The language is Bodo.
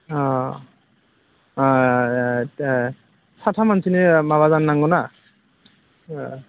साथाम मानसिनि माबा जानो नांगौ ना